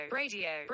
radio